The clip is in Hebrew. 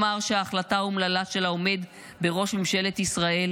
אומר שההחלטה האומללה של העומד בראש ממשלת ישראל